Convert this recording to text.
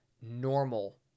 normal